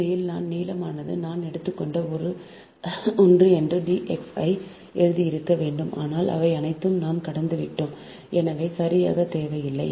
உண்மையில் நான் நீளமானது நாம் எடுத்துக்கொண்ட ஒன்று என்று d x ஐ எழுதியிருக்க வேண்டும் ஆனால் இவை அனைத்தையும் நாம் கடந்துவிட்டோம் எனவே சரியாக தேவையில்லை